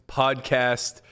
podcast